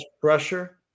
pressure